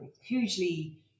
hugely